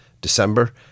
December